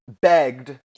begged